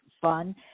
fun